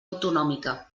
autonòmica